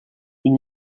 une